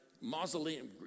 mausoleum